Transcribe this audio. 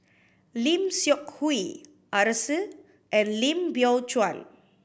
Lim Seok Hui Arasu and Lim Biow Chuan